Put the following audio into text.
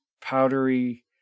powdery